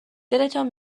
دلتان